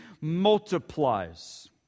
multiplies